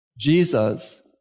Jesus